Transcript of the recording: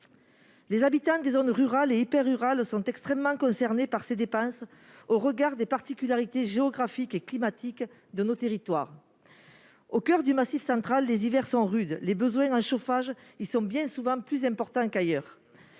Les habitants des zones rurales et hyper-rurales sont particulièrement concernés par ces dépenses au regard des particularités géographiques et climatiques de nos territoires. Au coeur du Massif central, les hivers sont rudes, et les besoins en chauffage bien souvent plus importants qu'ailleurs.